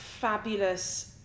fabulous